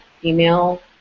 female